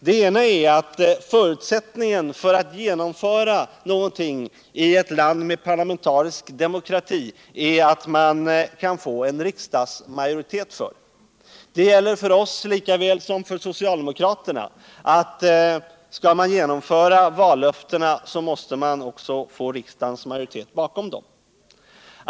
Det ena faktumet är att en förutsättning för att genomföra någonting i ett land med parlamentarisk demokrati är att man kan få en riksdagsmajoritet för det. Det gäller för oss lika väl som för socialdemokraterna att skall man genomföra vallöften måste man också få riksdagens majoritet bakom dem.